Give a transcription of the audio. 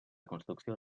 construcció